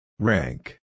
Rank